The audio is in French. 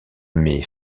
met